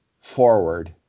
forward